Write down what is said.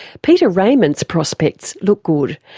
peter raymond's prospects looked good,